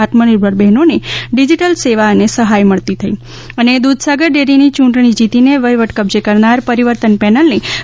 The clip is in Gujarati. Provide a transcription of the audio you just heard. આત્મનિર્ભર બહેનોને ડિજિટલ સેવા અને સહાય મળતી થઈ દૂધસાગર ડેરીની ચૂંટણી જીતીને વહીવટ કબ્જે કરનાર પરીવર્તન પેનલને ભાજપ પ્રદેશ